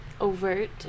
overt